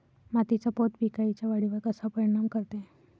मातीचा पोत पिकाईच्या वाढीवर कसा परिनाम करते?